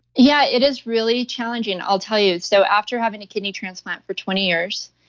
yeah, it is really challenging, i'll tell you. so after having a kidney transplant for twenty years,